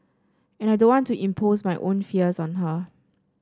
and I don't want to impose my own fears on her